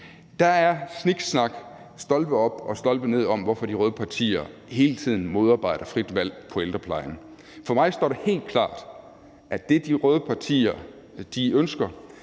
Der er sniksnak stolpe op og stolpe ned om, hvorfor de røde partier hele tiden modarbejder frit valg inden for ældreplejen. For mig står det helt klart, at det, som de røde partier ønsker,